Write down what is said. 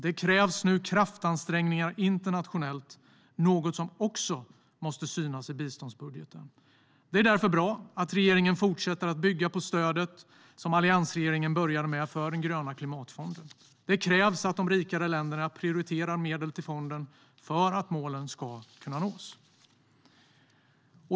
Det krävs nu kraftansträngningar internationellt, något som också måste synas i biståndsbudgeten. Det är därför bra att regeringen fortsätter att bygga på stödet till den gröna klimatfonden som alliansregeringen började med. Det krävs att de rikare länderna prioriterar medel till fonden för att målen ska kunna nås.